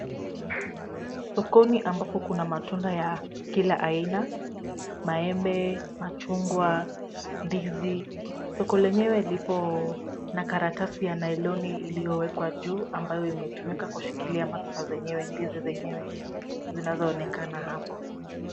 Sokoni ambapo kuna matunda ya kila aina; maembe, machungwa, ndizi, soko lenyewe liko na karatasi ya nylon iliyo wekwa juu, ambayo imetumika kushikilia matunda yenyewe, ndizi zenyewe zinazoonekana hapo.